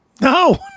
No